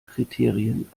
kriterien